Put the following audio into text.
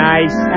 Nice